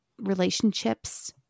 relationships